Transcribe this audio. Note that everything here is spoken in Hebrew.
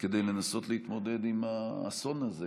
כדי לנסות להתמודד עם האסון הזה.